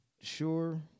sure